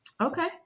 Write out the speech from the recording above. Okay